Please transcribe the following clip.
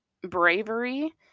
bravery